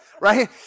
Right